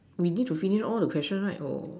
we need to finish all the question right or